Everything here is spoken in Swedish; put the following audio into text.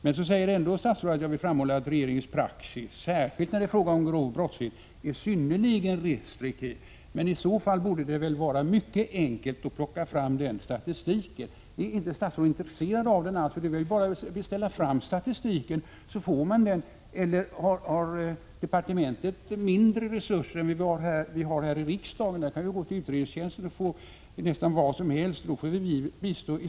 Statsrådet säger ändå: ”Jag vill dock framhålla att regeringens praxis, särskilt när det är fråga om grov brottslighet, är synnerligen restriktiv.” Iså fall borde det väl vara mycket enkelt att plocka fram statistiken. Ärinte statsrådet intresserad av den? Det är väl bara att beställa fram statistiken, så får man den. Eller har departementet mindre resurser än vi har här i riksdagen? Här kan man ju gå till utredningstjänsten och få fram nästan vad som helst. I så fall får vi väl bistå.